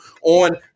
on